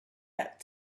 had